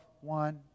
one